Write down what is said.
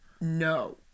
No